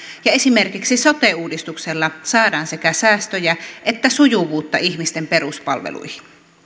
ja esimerkiksi sote uudistuksella saadaan sekä säästöjä että sujuvuutta ihmisten peruspalveluihin